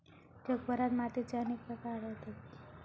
जगभरात मातीचे अनेक प्रकार आढळतत